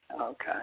okay